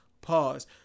Pause